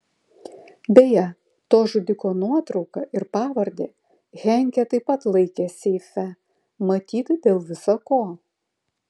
beje to žudiko nuotrauką ir pavardę henkė taip pat laikė seife matyt dėl visa ko